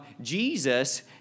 Jesus